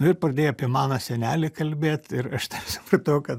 nu ir pradėjo apie mano senelį kalbėt ir aš tada supratau kad